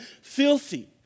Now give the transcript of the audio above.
filthy